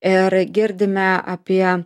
ir girdime apie